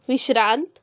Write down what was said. विश्रांत